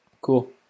Cool